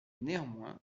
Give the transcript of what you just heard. néanmoins